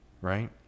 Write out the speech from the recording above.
right